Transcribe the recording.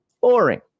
boring